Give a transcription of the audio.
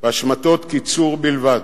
בהשמטות קיצור בלבד,